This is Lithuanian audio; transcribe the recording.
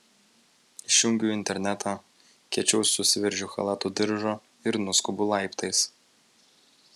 išjungiu internetą kiečiau susiveržiu chalato diržą ir nuskubu laiptais